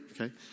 Okay